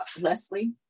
Leslie